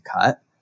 cut